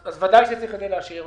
אז בוודאי שצריך את זה להשאיר.